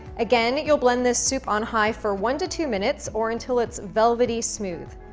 again, you'll blend this soup on high for one to two minutes or until it's velvety smooth.